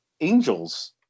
angels